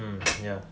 mm ya